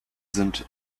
sind